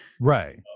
Right